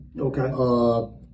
Okay